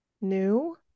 new